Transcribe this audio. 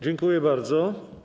Dziękuję bardzo.